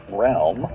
realm